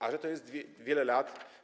A że to jest wiele lat.